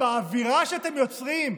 באווירה שאתם יוצרים,